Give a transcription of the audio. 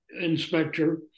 inspector